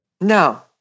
No